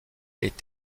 est